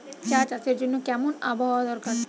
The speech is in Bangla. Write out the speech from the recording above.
চা চাষের জন্য কেমন আবহাওয়া দরকার?